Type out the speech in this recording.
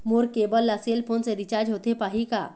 मोर cable ला cell phone से recharge होथे पाही का?